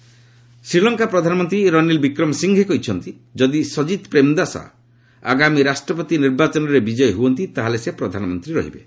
Sri Lanka PM Sri Lanka ପ୍ରଧାନମନ୍ତ୍ରୀ ରନୀଲ୍ ବିକ୍ରମସିଂହେ କହିଛନ୍ତି ଯଦି ସଜିତ୍ ପ୍ରେମ୍ଦାସା ଆଗାମୀ ରାଷ୍ଟ୍ରପତି ନିର୍ବାଚନରେ ବିଜୟୀ ହ୍ରଅନ୍ତି ତାହାହେଲେ ସେ ପ୍ରଧାନମନ୍ତ୍ରୀ ରହିବେ